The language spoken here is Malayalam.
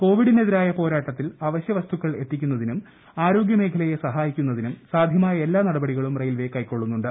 കോവിഡിനെതിരായ മന്ത്രാലയം പോരാട്ടത്തിൽ അവശ്യവസ്തുക്കൾ എത്തിക്കുന്നതിനും ആരോഗ്യ മേഖലയെ സഹായിക്കുന്നതിനും സാധ്യമായ എല്ലാ നടപടികളും റെയിൽവേ കൈക്കൊള്ളുന്നുണ്ട്